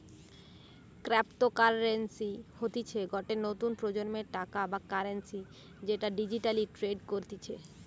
cryptocurrency হতিছে গটে নতুন প্রজন্মের টাকা বা কারেন্সি যেটা ডিজিটালি ট্রেড করতিছে